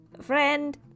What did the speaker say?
friend